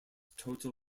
total